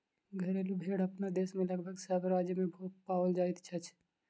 घरेलू भेंड़ अपना देश मे लगभग सभ राज्य मे पाओल जाइत अछि